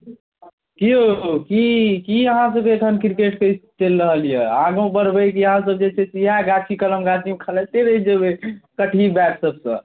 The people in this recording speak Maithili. कि यौ कि अहाँसबके एहिठाम किरकेटके चलि रहल अइ आगाँ बढ़बै कि अहाँसब जे छै इएह गाछी कलम गाछीमे खेलैते रहि जेबै कठही बैटसबसँ